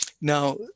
Now